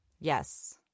Yes